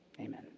Amen